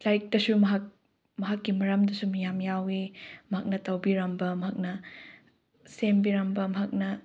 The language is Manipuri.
ꯂꯥꯏꯔꯤꯛꯇꯁꯨ ꯃꯍꯥꯛ ꯃꯍꯥꯛꯀꯤ ꯃꯔꯝꯗꯁꯨ ꯃꯌꯥꯝ ꯌꯥꯎꯏ ꯃꯍꯥꯛꯅ ꯇꯧꯕꯤꯔꯝꯕ ꯃꯍꯥꯛꯅ ꯁꯦꯝꯕꯤꯔꯝꯕ ꯃꯍꯥꯛꯅ